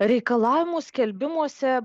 reikalavimų skelbimuose